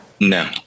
No